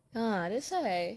uh that's why